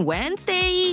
Wednesday